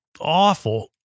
awful